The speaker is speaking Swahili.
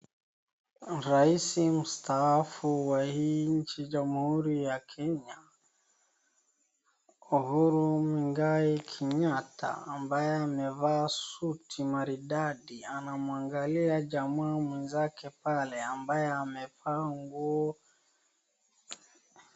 Raisi msitaafu wa nchi jamuhuri ya Kenya, Uhuru Mwigai Kenyatta ambaye amevaa suti maridadi, anamwangalia jamaa mwenzake pale ambaye amevaa nguo.